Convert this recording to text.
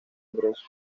ingresos